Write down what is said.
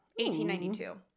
1892